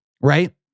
right